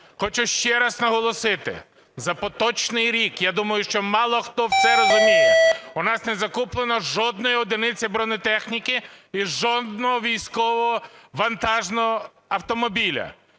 Хочу ще раз наголосити, за поточний рік, я думаю, що мало хто це розуміє, у нас не закуплено жодної одиниці бронетехніки і жодного військового вантажного автомобіля.